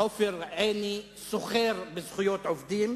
עופר עיני סוחר בזכויות עובדים,